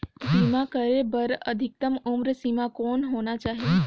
बीमा करे बर अधिकतम उम्र सीमा कौन होना चाही?